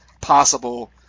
possible